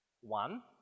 One